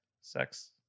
sex